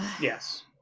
Yes